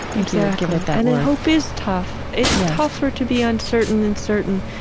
exactly and and hope is tough. it's tougher to be uncertain than certain.